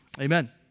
Amen